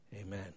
Amen